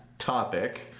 topic